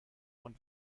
und